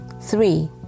Three